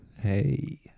Hey